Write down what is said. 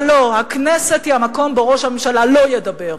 אבל לא, הכנסת היא המקום שבו ראש הממשלה לא ידבר.